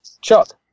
Chuck